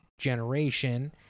generation